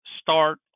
start